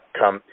come